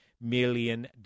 million